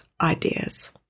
ideas